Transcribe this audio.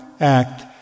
act